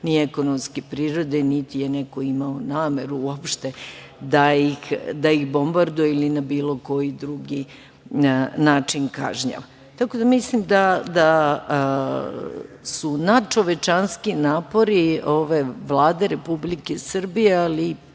ni ekonomske prirode, niti je neko imao nameru uopšte da ih bombarduje ili na bilo koji drugi način kažnjava. Tako da mislim da su natčovečanski napori ove Vlade Republike Srbije, ali i